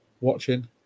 watching